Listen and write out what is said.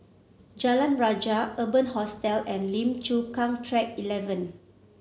Jalan Rajah Urban Hostel and Lim Chu Kang Track Eleven